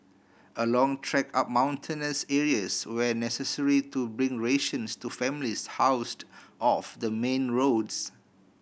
a long trek up mountainous areas were necessary to bring rations to families housed off the main roads